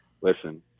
listen